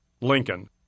Lincoln